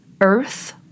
earth